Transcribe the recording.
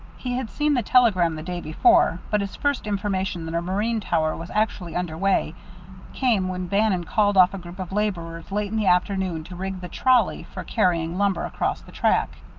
he had seen the telegram the day before, but his first information that a marine tower was actually under way came when bannon called off a group of laborers late in the afternoon to rig the trolley for carrying timber across the track.